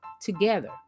together